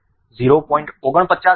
49 હતી